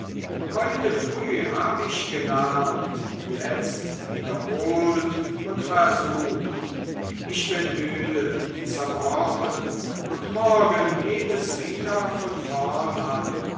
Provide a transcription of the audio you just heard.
heute früh hab ich gelernt jetzt wiederholt und versucht ich bin müde zerbrochen und morgen geht es wieder von vorn an